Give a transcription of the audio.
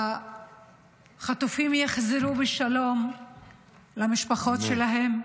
שהחטופים יחזרו בשלום למשפחות שלהם.